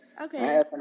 okay